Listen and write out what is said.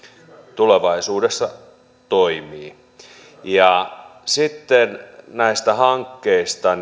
tulevaisuudessa toimii sitten näistä hankkeista